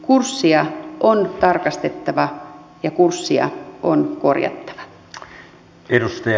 kurssia on tarkastettava ja kurssia on korjattava